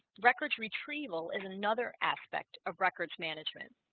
records retrieval is another aspect of records management